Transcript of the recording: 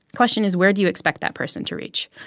question is, where do you expect that person to reach?